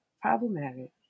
Problematic